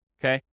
okay